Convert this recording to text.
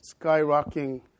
skyrocketing